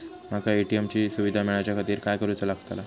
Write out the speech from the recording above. माका ए.टी.एम ची सुविधा मेलाच्याखातिर काय करूचा लागतला?